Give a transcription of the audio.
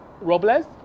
Robles